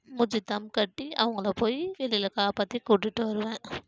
மூச்சு தம் கட்டி அவங்கள போய் ஃபீல்டில் காப்பாற்றி கூட்டிகிட்டு வருவேன்